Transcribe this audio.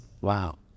wow